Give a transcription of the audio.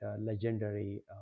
legendary